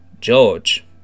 George